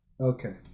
Okay